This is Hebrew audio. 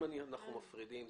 אם אנחנו מפרידים,